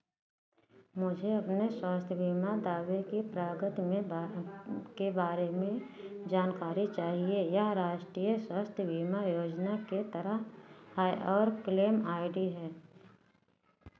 मुझे अपने स्वास्थ्य बीमा दावे की प्रगति में के बारे में जानकारी चाहिए यह राष्ट्रीय स्वास्थ्य बीमा योजना के तहत है और क्लेम आई डी है